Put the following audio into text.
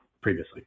previously